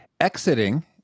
exiting